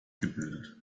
gebildet